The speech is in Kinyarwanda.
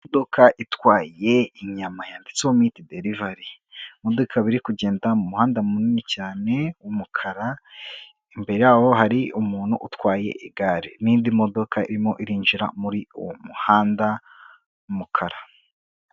Imodoka itwaye inyama yanditseho moto derivari. Imodoka ikaba iri kugenda mu muhanda munini cyane w’umukara, imbere yaho hari umuntu utwaye igare. N’indi modoka irimo irinjira muri uwo muhanda w’umukara.